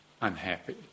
unhappy